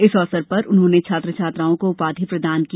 इस अवसर पर उन्होंने छात्र छात्राओं को उपाधि प्रदान की